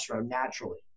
naturally